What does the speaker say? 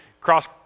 cross